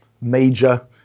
major